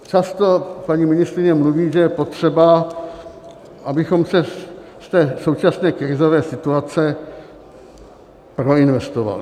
Často paní ministryně mluví, že je potřeba, abychom se z té současné krizové situace proinvestovali.